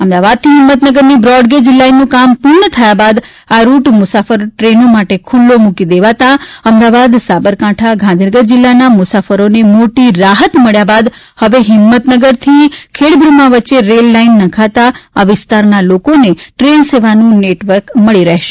અમદાવાદથી હિંમતનગરની બ્રોડગેજ લાઇનનું કામ પૂર્ણ કર્યા બાદ આ રૂટ મુસાફર ટ્રેનો માટે ખુલ્લો મૂકી દેવાતા અમદાવાદ સાબરકાંઠા ગાંધીનગર જિલ્લાના મુસાફરોને મોટી રાહત મળ્યા બાદ હવે હિંમતનગરથી ખેડબ્રહ્મા વચ્ચે રેલ લાઇન નંખાતા આ વિસ્તારના લોકોને ટ્રેન સેવાનું નેટવર્ક મળી રહેશે